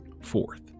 Fourth